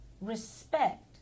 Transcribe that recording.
respect